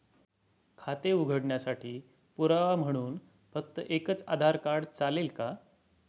खाते उघडण्यासाठी पुरावा म्हणून फक्त एकच आधार कार्ड चालेल का?